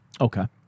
Okay